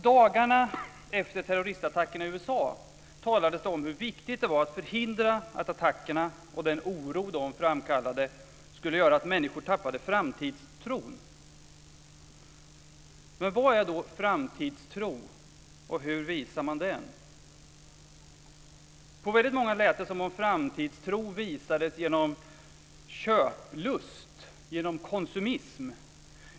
Dagarna efter terroristattacken i USA talades det om hur viktigt det var att förhindra att attackerna och den oro de framkallade skulle göra att människor tappade framtidstron. Men vad är då framtidstro och hur visar man det? På väldigt många lät det som om framtidstro visades genom köplust, genom konsumism.